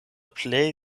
plej